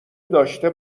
داشته